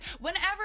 Whenever